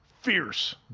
fierce